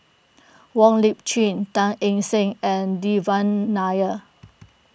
Wong Lip Chin Teo Eng Seng and Devan Nair